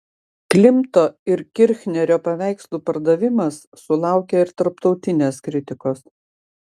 klimto ir kirchnerio paveikslų pardavimas sulaukė ir tarptautinės kritikos